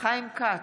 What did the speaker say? חיים כץ,